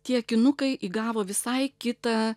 tie akinukai įgavo visai kitą